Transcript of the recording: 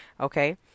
Okay